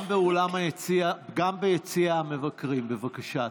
גם ביציע המבקרים, בבקשה.